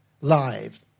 live